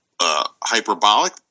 hyperbolic